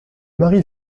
mari